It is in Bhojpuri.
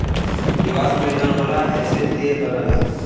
जीवाश्म ईधन होला एसे तेल बनला